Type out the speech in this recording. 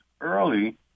early